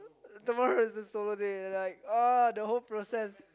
tomorrow is the solo day like oh the whole process